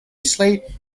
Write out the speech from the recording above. slate